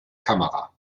kamera